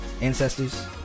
ancestors